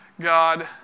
God